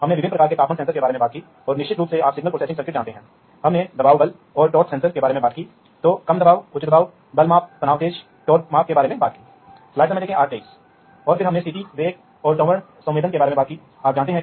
और यह field mounted devices पर एकीकृत नियंत्रण और निगरानी कार्य भी प्रदान करता है पहले जो हुआ करता था वह यह है कि फील्ड माउंटेड डिवाइसेस जो ज्यादातर उपयोग किए जाते हैं कम्प्यूटेशन करने में सक्षम नहीं थे